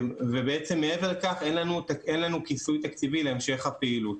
מעבר לכך אין לנו כיסוי תקציבי להמשך הפעילות.